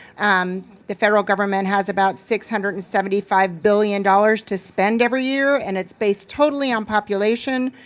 um the federal government has about six hundred and seventy five billion dollars to spend every year and it's based totally on population.